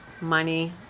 money